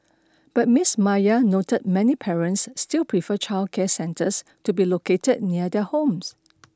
but Miss Maya noted many parents still prefer childcare centres to be located near their homes